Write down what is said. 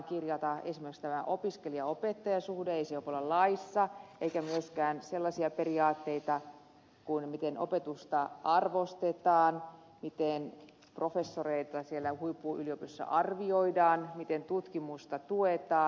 esimerkiksi tämä opiskelijaopettaja suhde ei voi olla laissa eikä myöskään sellaisia periaatteita kuin miten opetusta arvostetaan miten professoreita siellä huippuyliopistoissa arvioidaan miten tutkimusta tuetaan